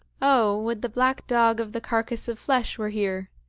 oh! would the black dog of the carcass of flesh were here!